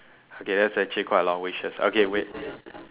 okay that's actually quite long wishes okay wait